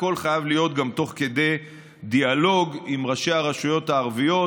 הכול חייב להיות גם תוך כדי דיאלוג עם ראשי הרשויות הערביות,